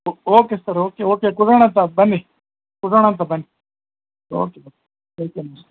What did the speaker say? ಓ okay sir okay okay ಕೊಡೋಣಂತೆ ಬನ್ನಿ ಕೊಡೋಣಂತೆ ಬನ್ನಿ ಓಕೆ ಬನ್ನಿ ಓಕೆ ನಮ್ಸ್ಕಾರ